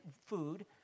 food